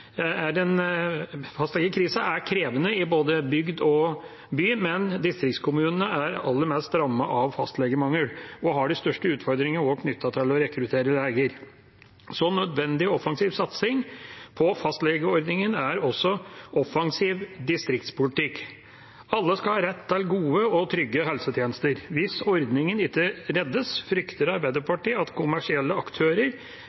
aller mest rammet av fastlegemangel og har også de største utfordringene knyttet til å rekruttere leger. Nødvendig offensiv satsing på fastlegeordningen er også offensiv distriktspolitikk. Alle skal ha rett til gode og trygge helsetjenester. Hvis ordningen ikke reddes, frykter